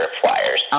flyers